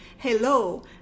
Hello